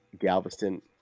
Galveston